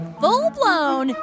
full-blown